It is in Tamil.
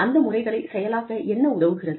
அந்த முறைகளை செயலாக்க என்ன உதவுகிறது